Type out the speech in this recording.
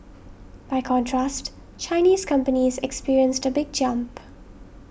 by contrast Chinese companies experienced a big jump